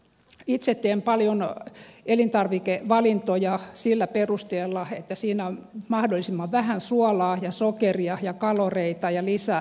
itse teen paljon elintarvikevalintoja sillä perusteella että niissä on mahdollisimman vähän suolaa ja sokeria ja kaloreita ja lisäaineita